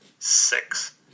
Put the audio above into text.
Six